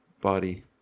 body